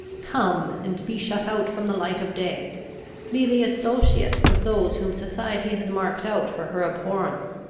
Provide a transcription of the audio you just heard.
come, and be shut out from the light of day be the associate of those whom society has marked out for her abhorrence,